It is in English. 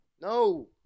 No